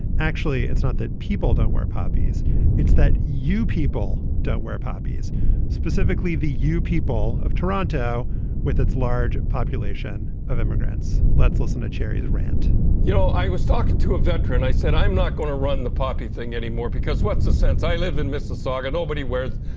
actually it's not that people don't wear poppies it's that you people don't wear poppies specifically the new people of toronto with its large population of immigrants let's listen to cherry the rant you know i was talking to a veteran. i said i'm not going to run the poppy thing anymore because what's the sense i live in mississauga nobody wears.